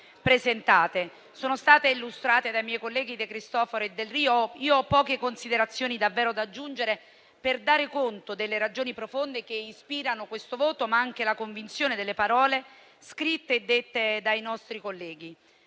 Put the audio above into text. illustrate dai miei colleghi De Cristofaro e Delrio. Io ho poche considerazioni da aggiungere per dare conto delle ragioni profonde che ispirano questo voto, ma anche la convinzione delle parole scritte e pronunciate dai nostri colleghi.